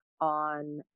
on